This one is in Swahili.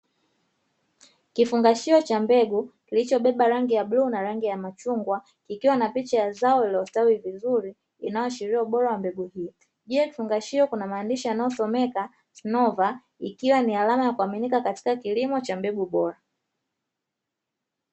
Kifungashio cha mbegu kilichobeba rangi ya bluu na rangi ya machungwa kikiwa na picha ya zao lililostawi vizuri inayoashiria ubora wa mbegu hiyo, juu ya kifungashio kuna maandishi yanayosomeka snova ikiwa ni alama ya kuaminika katika kilimo cha mbegu bora.